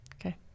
Okay